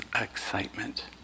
excitement